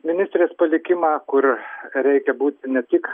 ministrės palikimą kur reikia būti ne tik